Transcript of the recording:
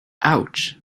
ouch